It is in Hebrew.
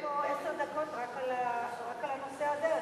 דיברתי פה עשר דקות רק על הנושא הזה,